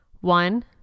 One